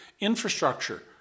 Infrastructure